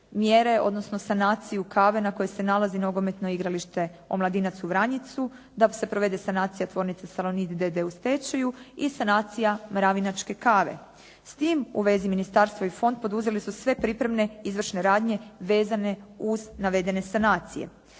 odnosno sanaciju kave na kojoj se nalazi nogometno igralište Omladinac u Vranjicu, da se provede sanacija tvornice “Salonit“ d.d. u stečaju i sanacija “mravinačke kave“. S tim u vezi ministarstvo i fond poduzeli su sve pripremne izvršne radnje vezane uz navedene sanacije.